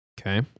Okay